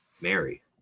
Mary